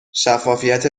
شفافیت